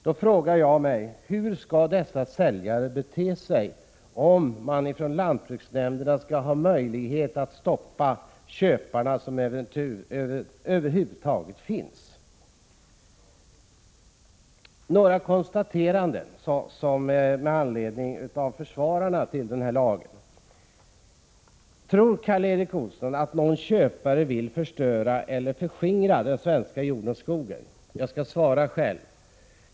Då frågar jag mig: Hur skall dessa säljare bete sig om lantbruksnämnderna skall ha möjlighet att stoppa de köpare som över huvud taget finns? Jag vill göra några konstateranden med anledning av vad försvararna av lagen har sagt. Tror Karl Erik Olsson att någon köpare vill förstöra eller förskingra den svenska jorden och skogen? Jag skall själv svara på frågan.